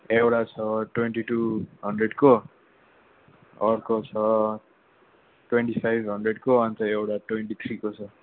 एउटा छ twenty two हन्ड्रेडको अर्को छ ट्वेन्टी फाइभ हन्ड्रेडको अन्त एउटा ट्वेन्टी थ्रीको छ